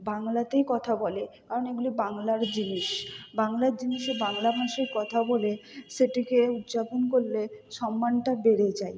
বাংলাতেই কথা বলে কারণ এগুলি বাংলার জিনিস বাংলার জিনিসে বাংলা ভাষায় কথা বলে সেটিকে উদযাপন করলে সম্মানটা বেড়ে যায়